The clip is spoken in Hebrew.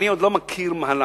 אני עוד לא מכיר מהלך